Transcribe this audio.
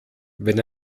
wenn